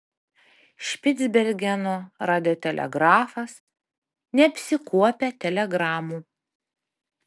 špicbergeno radiotelegrafas neapsikuopia telegramų